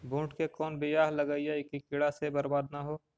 बुंट के कौन बियाह लगइयै कि कीड़ा से बरबाद न हो?